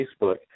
Facebook